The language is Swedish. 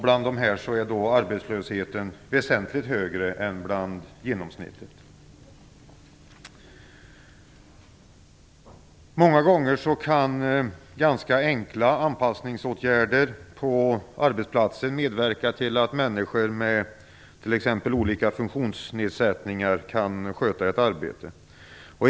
Bland dessa är arbetslösheten väsentligt högre än bland genomsnittet. Många gånger kan ganska enkla anpassningsåtgärder på arbetsplatsen medverka till att människor med t.ex. olika funktionsnedsättningar kan sköta ett arbete.